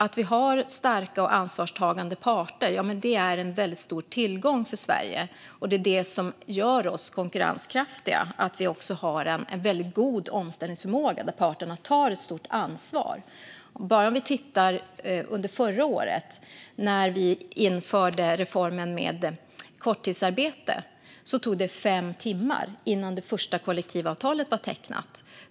Att vi har starka och ansvarstagande parter är en väldigt stor tillgång för Sverige, och det är detta - att vi har en väldigt god omställningsförmåga och att parterna tar ett stort ansvar - som gör oss konkurrenskraftiga. Under förra året, när reformen med korttidsarbete infördes, tog det fem timmar innan det första kollektivavtalet var tecknat.